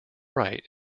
wright